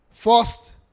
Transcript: First